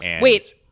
Wait